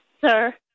sir